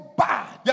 bad